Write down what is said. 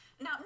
Now